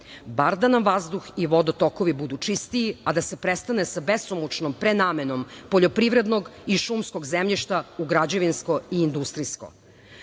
Bar da nam vazduh i vodotokovi budu čistiji, a da se prestane sa besomučnom prenamenom poljoprivrednog i šumskog zemljišta u građevinsko i industrijsko. Slučaj